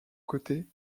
côté